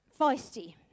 Feisty